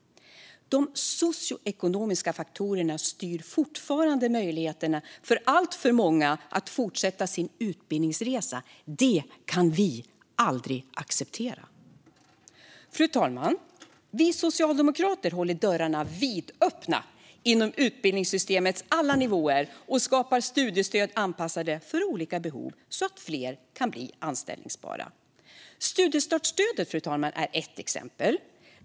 De socioekonomiska faktorerna styr fortfarande möjligheterna för alltför många att fortsätta sin utbildningsresa. Det kan vi aldrig acceptera. Fru talman! Vi socialdemokrater håller dörrarna vidöppna inom utbildningsystemets alla nivåer och skapar studiestöd anpassade för olika behov så att fler kan bli anställbara. Studiestartsstödet är ett exempel.